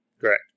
Correct